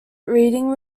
reading